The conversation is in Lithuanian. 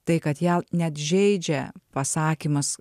tai kad ją net žeidžia pasakymas